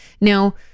Now